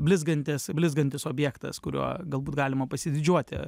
blizgantis blizgantis objektas kuriuo galbūt galima pasididžiuoti